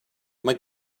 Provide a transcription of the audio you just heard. mae